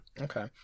Okay